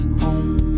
home